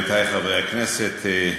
עמיתי חברי הכנסת,